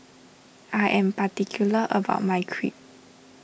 I am particular about my Crepe